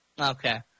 Okay